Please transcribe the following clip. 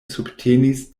subtenis